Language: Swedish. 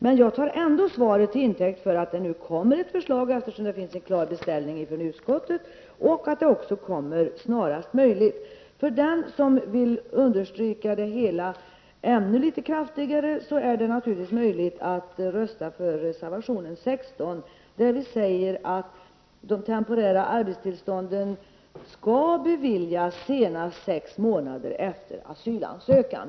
Men jag tar ändå svaret till intäkt för att det nu snarast möjligt kommer ett förslag, eftersom det finns en klar beställning från utskottet. Den som vill understryka det hela ännu litet kraftigare kan naturligtvis rösta på reservation 16, där vi säger att temporära arbetstillstånd skall beviljas senast sex månader efter asylansökan.